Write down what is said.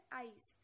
eyes